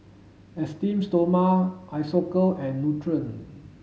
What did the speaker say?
Esteem Stoma Isocal and Nutren